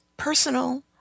Personal